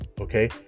Okay